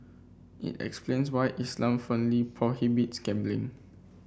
it explains why Islam firmly prohibits gambling